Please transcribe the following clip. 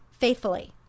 faithfully